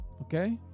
okay